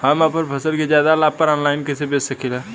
हम अपना फसल के ज्यादा लाभ पर ऑनलाइन कइसे बेच सकीला?